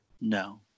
No